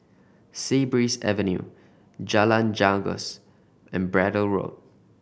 Sea Breeze Avenue Jalan Janggus and Braddell Road